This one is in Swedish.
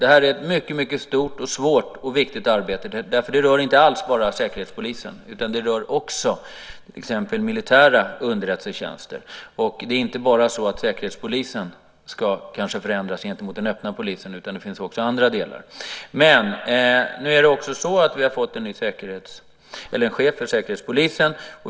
Det här är ett mycket stort, svårt och viktigt arbete, för det rör inte alls bara Säkerhetspolisen, utan det rör också till exempel militära underrättelsetjänster. Det är inte bara så att Säkerhetspolisen ska förändras gentemot den öppna polisen, utan det finns också andra delar. Nu har vi fått en ny chef för Säkerhetspolisen.